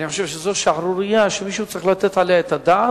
אני חושב שזאת שערורייה שמישהו צריך לתת עליה את הדעת,